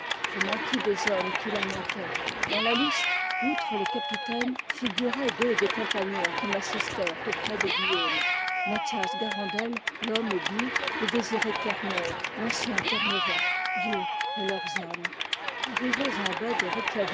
je m'enquis des hommes qui la montaient dans la liste outre le capitaine figuraient deux des compagnons qui m'assistèrent auprès de guillaume mathias garandel l'homme au buis et désiré kerneur l'ancien terre neuvas dieu ait leurs âmes arrivés en baie de